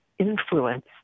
influence